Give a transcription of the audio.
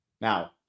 Now